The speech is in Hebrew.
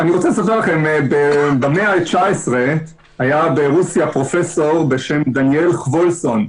במאה ה-19 היה ברוסיה פרופסור בשם דניאל חוולסון.